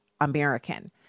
American